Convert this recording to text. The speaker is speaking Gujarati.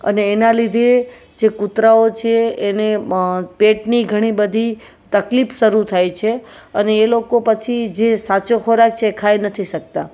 અને એના લીધે જે કૂતરાઓ છે એને પેટની ઘણી બધી તકલીફ શરૂ થાય છે અને એ લોકો પછી જે સાચો ખોરાક છે ખાઈ નથી શકતા